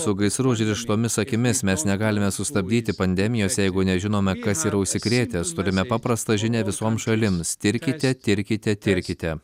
su gaisru užrištomis akimis mes negalime sustabdyti pandemijos jeigu nežinome kas yra užsikrėtęs turime paprastą žinią visom šalims tirkite tirkite tirkite